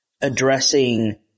addressing